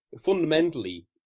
fundamentally